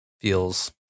feels